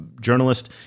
journalist